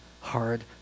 hard